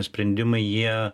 sprendimai jie